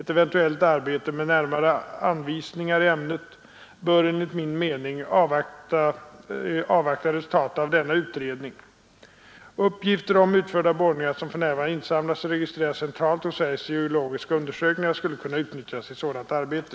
Ett eventuellt arbete med närmare anvisningar i ämnet bör enligt min mening avvakta resultatet av denna utredning. Uppgifter om utförda borrningar som för närvarande insamlas och registreras centralt hos Sveriges geologiska undersökning skulle kunna utnyttjas i ett sådant arbete.